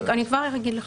אני מייד אגיד.